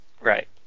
Right